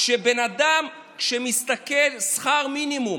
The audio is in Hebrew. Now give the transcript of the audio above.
כשבן אדם משתכר שכר מינימום,